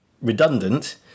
redundant